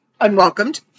unwelcomed